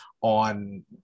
on